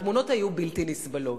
התמונות היו בלתי נסבלות.